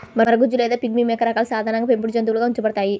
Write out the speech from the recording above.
మరగుజ్జు లేదా పిగ్మీ మేక రకాలు సాధారణంగా పెంపుడు జంతువులుగా ఉంచబడతాయి